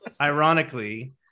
ironically